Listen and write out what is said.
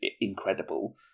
incredible